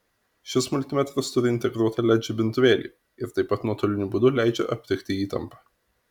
šis multimetras turi integruotą led žibintuvėlį ir taip pat nuotoliniu būdu leidžia aptikti įtampą